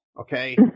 Okay